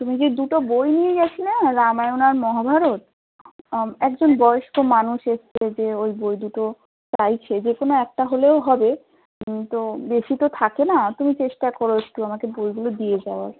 তুমি যে দুটো বই নিয়ে গেছিলে না রামায়ণ আর মহাভারত একজন বয়স্ক মানুষ এসছে যে ওই বই দুটো চাইছে যে কোনো একটা হলেও হবে তো বেশি তো থাকে না তুমি চেষ্টা করো একটু আমাকে বইগুলো দিয়ে যাওয়ার